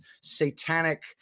satanic